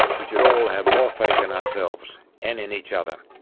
we should all have more faith in ourselves and in each other.